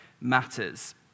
matters